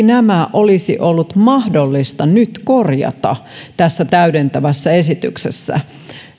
nämä olisi ollut mahdollista nyt korjata tässä täydentävässä esityksessä